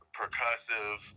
percussive